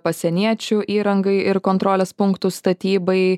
pasieniečių įrangai ir kontrolės punktų statybai